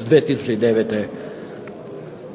2009.